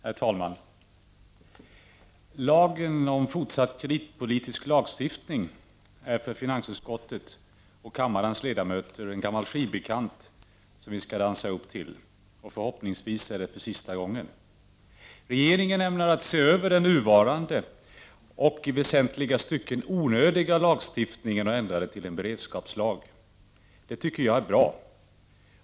Herr talman! Lagen om kreditpolitiska medel är för finansutskottet och kammarens ledamöter en gammal skivbekant som vi skall dansa upp till, och förhoppningsvis är det för sista gången. Regeringen ämnar se över den nuvarande och i väsentliga stycken onödiga lagstiftningen och ändra den till en beredskapslag. Det tycker jag är bra.